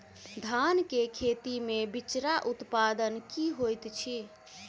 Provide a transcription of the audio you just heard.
धान केँ खेती मे बिचरा उत्पादन की होइत छी?